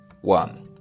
one